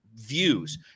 Views